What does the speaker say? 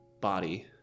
body